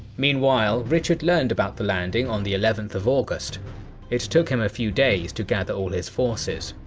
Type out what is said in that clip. meanwhile, richard learned about the landing on the eleventh of august it took him a few days to gather all his forces.